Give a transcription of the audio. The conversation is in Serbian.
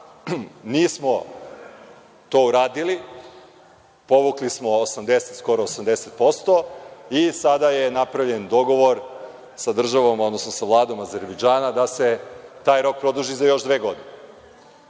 Nismo to uradili. Povukli smo skoro 80% i sada je napravljen dogovor sa državom, odnosno sa Vladom Azerbejdžana, da se taj rok produži za još dve godine. Sada,